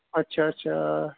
ਅੱਛਾ ਅੱਛਾ